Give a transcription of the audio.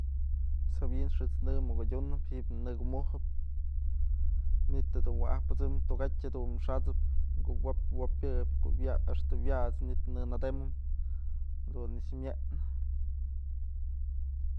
Pues jawin xët's në muk adyunëp ji'ib nëkumujëp manytë jedun wa'ajpësëmëp tukatyë jadun xasëp kuwop wopyëp a'axta wyasëp manytë në nëdemap jadun nëkx myepnë.